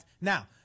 Now